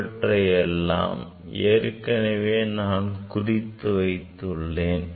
இவற்றை எல்லாம் ஏற்கனவே நான் குறித்து வைத்துள்ளேன்